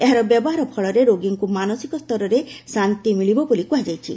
ଏହାର ବ୍ୟବହାର ଫଳରେ ରୋଗୀଙ୍କୁ ମାନସିକ ସ୍ତରରେ ଶାନ୍ତି ମିଳିବ ବୋଲି କୁହାଯାଇଛି